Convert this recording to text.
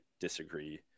disagree